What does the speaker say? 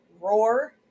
Roar